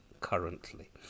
Currently